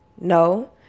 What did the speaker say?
No